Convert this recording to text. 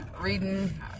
reading